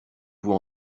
vous